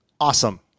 awesome